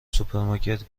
سوپرمارکت